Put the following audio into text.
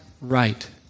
right